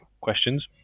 questions